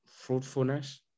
fruitfulness